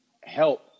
help